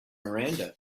miranda